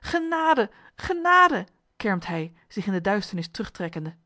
genade genade kermt hij zich in de duisternis terugtrekkende